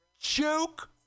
Joke